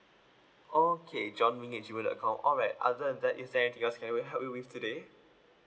okay john lee at G mail dot com alright other than that is there anything else that I can help you with today